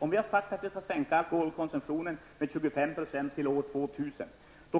Om vi har sagt att vi skall sänka alkoholkonsumtionen med 25 % till år 2000